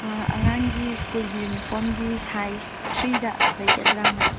ꯑꯥ ꯑꯉꯥꯡꯒꯤ ꯁ꯭ꯀꯨꯜꯒꯤ ꯌꯨꯅꯤꯐꯣꯔ꯭ꯃꯒꯤ ꯁꯥꯏꯖ ꯊ꯭ꯔꯤꯗ ꯂꯩꯒꯗ꯭ꯔꯥꯅ